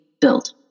build